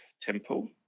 temple